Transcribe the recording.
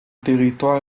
territoire